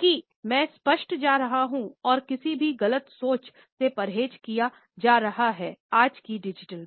कि मैं स्पष्ट जा रहा हूँ और किसी भी गलत सोच से परहेज किया जा रहा है आज की डिजिटल में